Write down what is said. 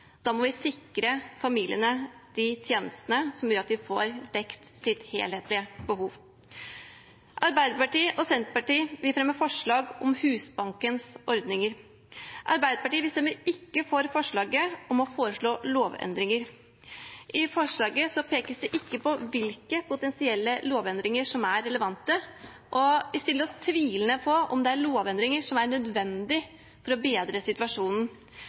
må vi sikre familiene de tjenestene som gjør at de får dekket sitt helhetlige behov. Arbeiderpartiet, Senterpartiet og SV fremmer forslag om Husbankens ordninger. Arbeiderpartiet stemmer ikke for forslaget om å foreslå lovendringer. I forslaget pekes det ikke på hvilke potensielle lovendringer som er relevante, og vi stiller oss tvilende til om det er lovendringer som er nødvendig for å bedre situasjonen.